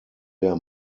der